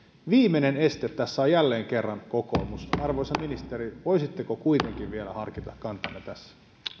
viimeinen este tässä on jälleen kerran kokoomus arvoisa ministeri voisitteko kuitenkin vielä harkita kantaanne tässä